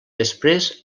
després